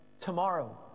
tomorrow